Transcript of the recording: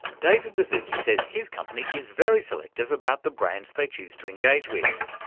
david baszucki says his company is very selective about the brands they choose to engage with.